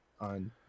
on